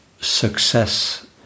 success